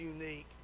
unique